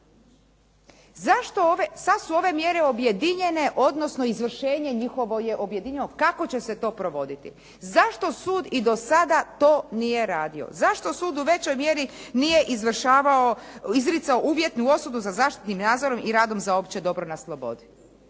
Sad su ove mjere objedinjene, odnosno izvršenje njihovo je objedinio. Kako će se to provoditi? Zašto sud i do sada to nije radio? Zašto sud u većoj mjeri nije izvršavao, izricao uvjetnu osudu sa zaštitnim nadzorom i radom za opće dobro na slobodi?